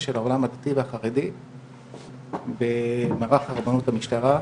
של העולם הדתי והחרדי במערך הרבנות במשטרה,